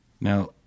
Now